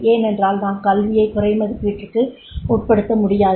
ஏனென்றால் நாம் கல்வியைக் குறைமதிப்பீட்டிற்கு உட்படுத்த முடியாது